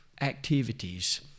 activities